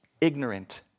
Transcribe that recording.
ignorant